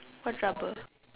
what rubber